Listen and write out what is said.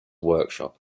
workshop